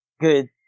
good